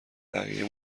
بقیه